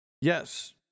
Yes